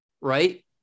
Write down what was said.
right